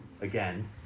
again